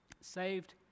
saved